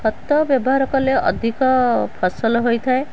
ଖତ ବ୍ୟବହାର କଲେ ଅଧିକ ଫସଲ ହୋଇଥାଏ